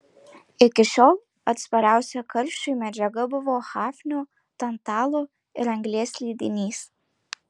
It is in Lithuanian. iki šiol atspariausia karščiui medžiaga buvo hafnio tantalo ir anglies lydinys